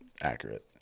accurate